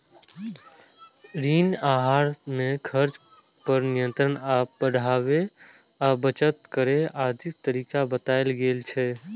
ऋण आहार मे खर्च पर नियंत्रण, आय बढ़ाबै आ बचत करै आदिक तरीका बतायल गेल छै